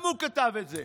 היום הוא כתב את זה.